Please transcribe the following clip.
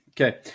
Okay